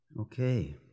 Okay